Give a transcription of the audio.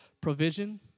provision